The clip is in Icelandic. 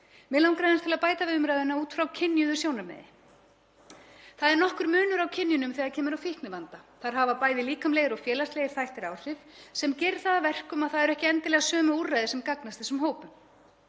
Mig langar aðeins til að bæta við umræðuna út frá kynjuðu sjónarmiði. Það er nokkur munur á kynjunum þegar kemur að fíknivanda. Þar hafa bæði líkamlegir og félagslegir þættir áhrif sem gera það að verkum að það eru ekki endilega sömu úrræði sem gagnast þessum hópum.